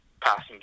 passing